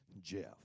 Jeff